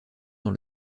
dans